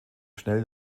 schnell